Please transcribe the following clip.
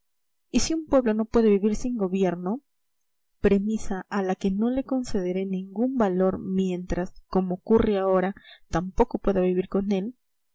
y si un pueblo no puede vivir sin gobierno premisa a la que no le concederé ningún valor mientras como ocurre ahora tampoco pueda vivir con él